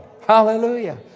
Hallelujah